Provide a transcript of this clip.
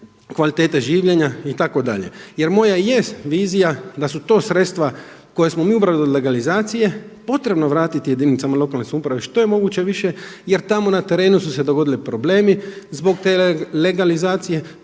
kvalitete življenja itd. jer moja je vizija da su to sredstva koja smo mi ubrali od legalizacije potrebno vratiti jedinicama lokalne samouprave što je moguće više jer tamo su se na terenu dogodili problemi zbog te legalizacije,